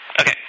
Okay